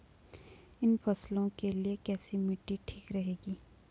इन फसलों के लिए कैसी मिट्टी ठीक रहेगी?